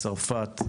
צרפת,